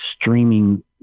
streaming